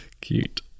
Cute